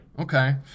Okay